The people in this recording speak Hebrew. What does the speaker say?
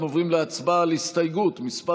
אנחנו עוברים להצבעה על הסתייגות מס'